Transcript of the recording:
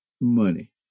money